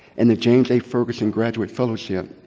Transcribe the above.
and the james a. ferguson graduate fellowship.